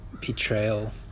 betrayal